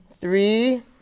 three